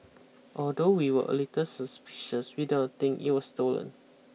although we were a little suspicious we don't not think it was stolen